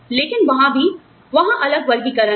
लेकिन वहाँ भी वहाँ अलग वर्गीकरण हैं